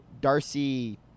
Darcy